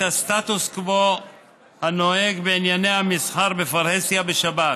הסטטוס קוו הנוהג בענייני המסחר בפרהסיה בשבת.